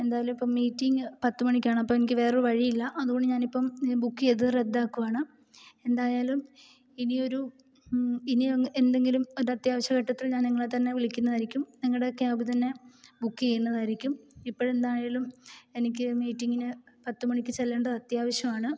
എന്തായാലും ഇപ്പോൾ മീറ്റിംഗ് പത്തുമണിക്കാണ് അപ്പോൾ എനിക്ക് വേറെ ഒരു വഴി ഇല്ല അതുകൊണ്ട് ഞാനിപ്പം ബുക്ക് ചെയ്തത് റദ്ദാക്കുവാണ് എന്തായാലും ഇനി ഒരു ഇനി എന്തെങ്കിലും ഒരത്യാവശ്യഘട്ടത്തിൽ ഞാൻ നിങ്ങളെ തന്നെ വിളിക്കുന്നതായിരിക്കും നിങ്ങളുടെ ക്യാബ് തന്നെ ബുക്ക് ചെയ്യുന്നതായിരിക്കും ഇപ്പോഴെന്തായാലും എനിക്ക് മീറ്റിംഗിന് പത്തുമണിക്ക് ചെല്ലേണ്ടത് അത്യാവശ്യമാണ്